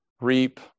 reap